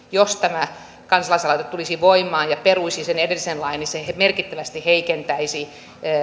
jos tämä kansalaisaloite tulisi voimaan ja peruisi sen edellisen lain niin se merkittävästi heikentäisi